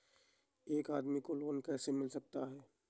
एक आदमी को लोन कैसे मिल सकता है?